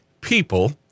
people